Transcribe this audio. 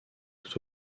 tout